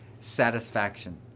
satisfaction